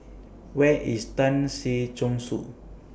Where IS Tan Si Chong Su